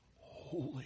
Holy